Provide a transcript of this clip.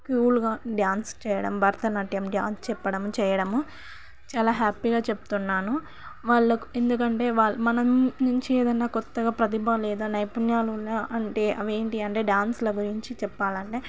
క్యూలుగా dance చేయడం భరతనాట్యం dance చెప్పడం చేయడము చాలా హ్యాపీగా చెప్తున్నాను వాళ్ళకు ఎందుకంటే వాళ్ళ మనం నుంచి ఏదైనా కొత్తగా ప్రతిభ లేదా నైపుణ్యాలు ఉన్న అంటే అవేంటి అంటే డ్యాన్స్ల గురించి చెప్పాలంటే